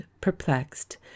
perplexed